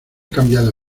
cambiado